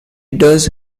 does